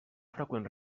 freqüents